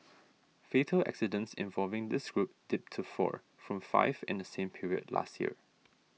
fatal accidents involving this group dipped to four from five in the same period last year